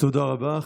תודה רבה.